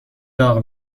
داغ